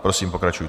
Prosím, pokračujte.